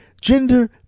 Gender